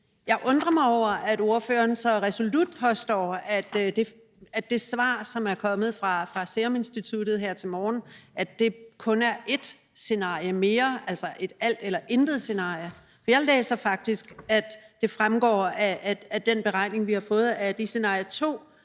jeg undrer mig over, at ordføreren så resolut påstår, at det svar, som er kommet fra Seruminstituttet her til morgen, kun er i forhold til ét scenarie mere, altså et alt eller intet-scenarie. For jeg læser det faktisk sådan, at det fremgår af den beregning, som vi har fået, at i scenarie 2